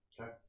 Okay